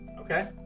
Okay